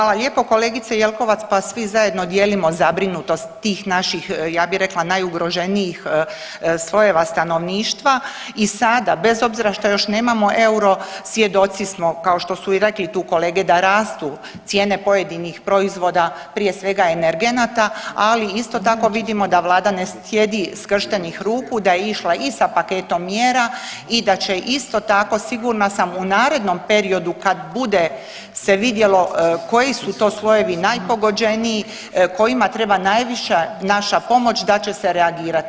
Hvala lijepo kolegice Jelkovac, pa svi zajedno dijelimo zabrinutost tih naših ja bi rekla najugroženijih slojeva stanovništva i sada bez obzira što još nemamo euro svjedoci smo kao što su i rekli tu kolege da rastu cijene pojedinih proizvoda, prije svega energenata, ali isto tako vidimo da vlada ne sjedi skrštenih ruku, da je išla i sa paketom mjera i da će isto tako sigurna sam u narednom periodu kad bude se vidjelo koji su to slojevi najpogođeniji, kojima treba najviše naša pomoć da će se reagirati.